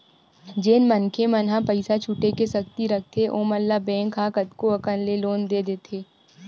जेन मनखे मन ह पइसा छुटे के सक्ति रखथे ओमन ल बेंक ह कतको अकन ले लोन दे देथे